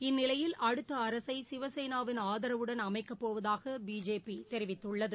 இந்நிலையில் அடுத்த அரசை சிவசேனாவின் ஆதரவுடன் அமைக்க போவதாக பிஜேபி தெரிவித்துள்ளது